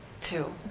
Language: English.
Two